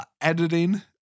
Editing